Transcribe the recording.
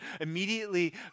Immediately